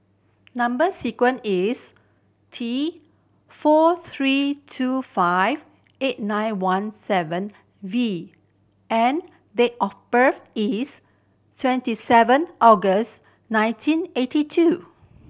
number sequence is T four three two five eight nine one seven V and date of birth is twenty seven August nineteen eighty two